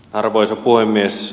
arvoisa puhemies